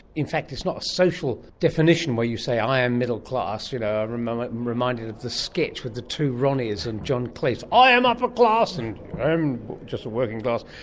in fact it's not a social definition where you say i am middle class, you know i'm reminded of the sketch with the two ronnies and john cleese, i am upper class, and i'm just a working class.